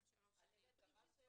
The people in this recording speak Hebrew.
שנים.